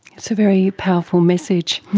it's a very powerful message.